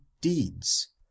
deeds